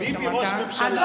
ביבי ראש ממשלה עד ביאת המשיח.